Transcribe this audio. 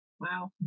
Wow